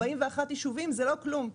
41 ישובים זה לא כלום,